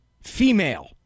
female